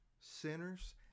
sinners